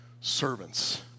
servants